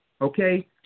Okay